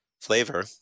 flavor